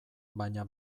baina